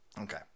Okay